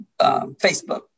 Facebook